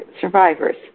survivors